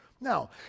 Now